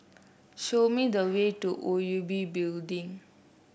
show me the way to O U B Building